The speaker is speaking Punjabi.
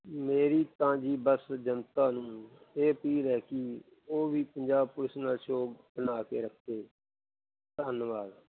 ਮੇਰੀ ਤਾਂ ਜੀ ਬਸ ਜਨਤਾ ਨੂੰ ਇਹ ਅਪੀਲ ਹੈ ਕਿ ਉਹ ਵੀ ਪੰਜਾਬ ਪੁਲਿਸ ਨਾਲ਼ ਜੋ ਬਣਾ ਕੇ ਰੱਖੇ ਧੰਨਵਾਦ